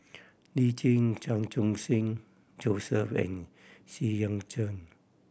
Lee Tjin Chan Khun Sing Joseph and Xu Yuan Zhen